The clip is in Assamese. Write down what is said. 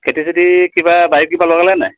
খেতি চেতি কিবা বাৰীত কিবা লগালেনে